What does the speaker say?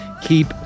Keep